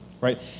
Right